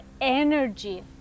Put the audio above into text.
energy